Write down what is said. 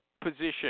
position